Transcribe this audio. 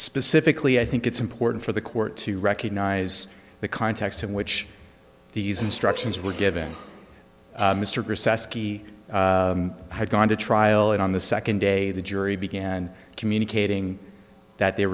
specifically i think it's important for the court to recognize the context in which these instructions were given had gone to trial and on the second day the jury began communicating that the